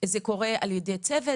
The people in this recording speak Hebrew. זה קורה על ידי צוות?